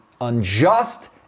unjust